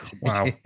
Wow